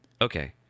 okay